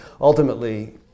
ultimately